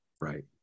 Right